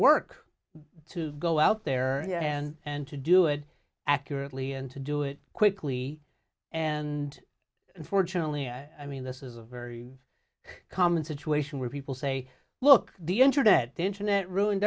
work to go out there and to do it accurately and to do it quickly and unfortunately i mean this is a very common situation where people say look the internet the internet ruined